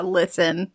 listen